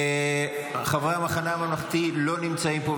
חברי המחנה הממלכתי לא נמצאים פה,